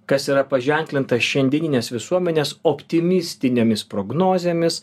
kas yra paženklinta šiandieninės visuomenės optimistinėmis prognozėmis